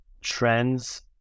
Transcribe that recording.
trends